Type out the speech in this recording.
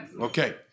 Okay